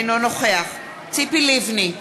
אינו נוכח ציפי לבני,